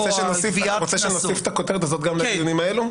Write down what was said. אתה רוצה שנוסיף את הכותרת הזו גם לדיונים האלו?